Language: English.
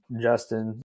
Justin